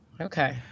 Okay